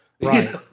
Right